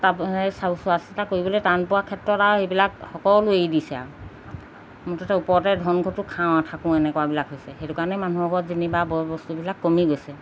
চাউ চোৱা চিতা কৰিবলৈ টান পোৱাৰ ক্ষেত্ৰত আৰু এইবিলাক সকলো এৰি দিছে আৰু মুঠতে ওপৰতে ধন ঘটো খাওঁ আৰু থাকোঁ এনেকুৱাবিলাক হৈছে সেইটো কাৰণেই মানুহৰ ঘৰত যেনিবা বয় বস্তুবিলাক কমি গৈছে